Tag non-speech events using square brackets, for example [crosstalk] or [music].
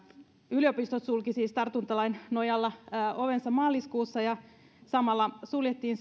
yliopistot sulkivat siis tartuntatautilain nojalla ovensa maaliskuussa samalla suljettiin [unintelligible]